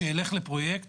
שילך לפרויקט